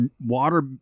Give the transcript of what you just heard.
water